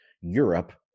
Europe